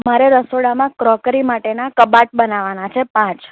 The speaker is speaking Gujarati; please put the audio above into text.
મારે રસોડામાં ક્રોકરી માટેનાં કબાટ બનાવવાના છે પાંચ